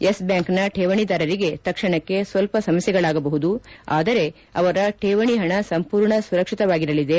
Yes ಬ್ಯಾಂಕ್ನ ಕೇವಣಿದಾರರಿಗೆ ತಕ್ಷಣಕ್ಕೆ ಸ್ವಲ್ಪ ಸಮಸ್ಥೆಗಳಾಗಬಹುದು ಆದರೆ ಅವರ ಕೇವಣಿ ಹಣ ಸಂಪೂರ್ಣ ಸುರಕ್ಷಿತವಾಗಿರಲಿದೆ